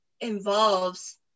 involves